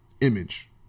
Image